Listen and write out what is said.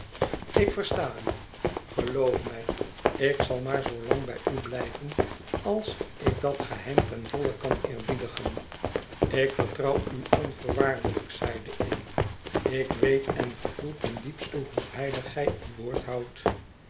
ik versta u geloof mij ik zal maar zoo lang bij u blijven als ik dat geheim ten volle kan eerbiedigen ik vertrouw u onvoorwaardelijk zeide ik ik weet en gevoel ten diepste hoe heilig gij uw woord houdt